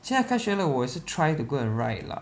现在开学了我也是 try to go and ride lah